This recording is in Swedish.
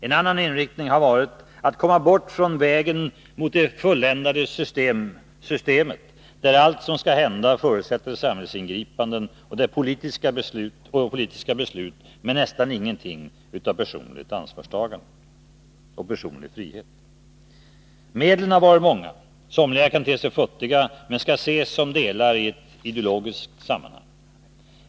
En annan inriktning har varit att komma bort från vägen mot det fulländade systemet, där allt som skall hända förutsätter samhällsingripande och politiska beslut, men nästan ingenting av personligt ansvarstagande och personlig frihet. Medlen har varit många, och somliga kan te sig futtiga, men skall ses som delar i ett ideologiskt sammanhang.